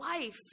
life